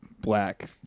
black